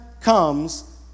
comes